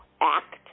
Act